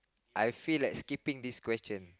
I feel like skipping this question